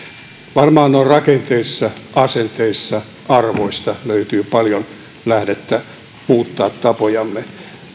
varmaan rakenteissa asenteissa arvoissa löytyy paljon lähdettä muuttaa tapojamme